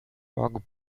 rock